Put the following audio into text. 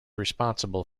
responsible